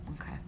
Okay